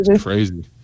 Crazy